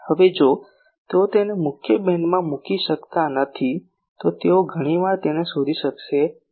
હવે જો તેઓ તેને મુખ્ય બીમમાં મૂકી શકતા નથી તો તેઓ ઘણી વાર તેને શોધી શકશે નહીં